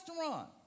restaurant